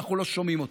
אנחנו לא שומעים אתכם.